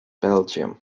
belgium